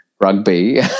rugby